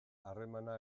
harremana